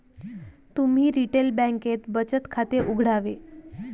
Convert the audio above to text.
तुम्ही रिटेल बँकेत बचत खाते उघडावे